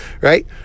Right